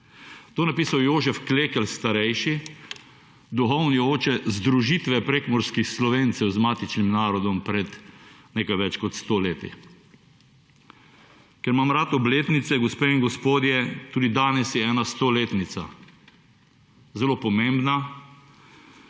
je napisal Jožef Klekl Starejši, duhovni oče združitve prekmurskih Slovencev z matičnim narodom pred nekaj več kot 100 leti. Ker imam rad obletnice gospe in gospodje, tudi danes je ena 100-letnica zelo pomembna.